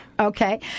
Okay